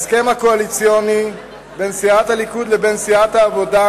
בהסכם הקואליציוני בין סיעת הליכוד לבין סיעת העבודה